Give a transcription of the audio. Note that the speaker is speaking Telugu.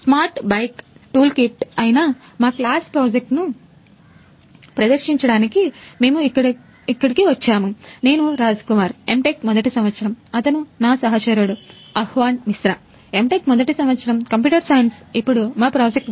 smart bike toolkit